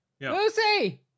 Lucy